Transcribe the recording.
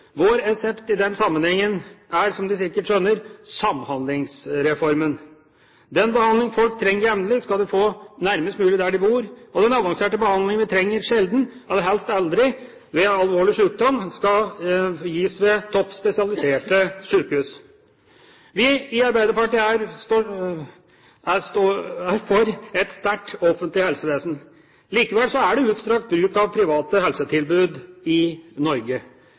Vår resept i den sammenhengen er som en sikkert skjønner: Samhandlingsreformen. Den behandlingen folk trenger jevnlig, skal de få nærmest mulig der de bor. Den avanserte behandlingen folk trenger sjelden – aller helst aldri – ved alvorlig sykdom, skal gis ved toppspesialiserte sykehus. Vi i Arbeiderpartiet står for et sterkt offentlig helsevesen. Likevel er det utstrakt bruk av private helsetilbud i Norge.